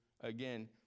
again